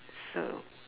so